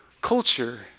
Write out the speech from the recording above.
culture